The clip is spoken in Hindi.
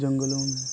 जंगलों में